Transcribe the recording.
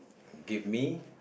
give me